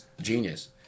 genius